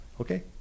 okay